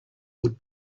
would